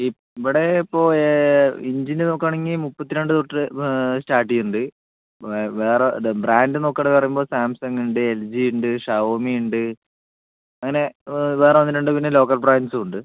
ഇവിടെ ഇപ്പോൾ ഇഞ്ചിന് നോക്കുകയാണെങ്കിൽ മുപ്പത്തിരണ്ട് തൊട്ട് സ്റ്റാർട്ട് ചെയ്യുന്നുണ്ട് വേറെ ബ്രാൻ്റ് നോക്കുകയാണ് പറയുമ്പോൾ സാംസങ്ങുണ്ട് എൽ ജിയുണ്ട് ഷവോമിയുണ്ട് അങ്ങനെ വേറെയൊന്ന് രണ്ടും പിന്നെ ലോക്കൽ ബ്രാൻ്റ്സും ഉണ്ട്